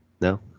No